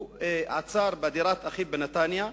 הוא עצר בדירת אחיו בנתניה,